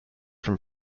from